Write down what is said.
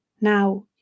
Now